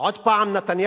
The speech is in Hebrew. עוד פעם נתניהו?